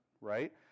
Right